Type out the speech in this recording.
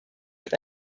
hat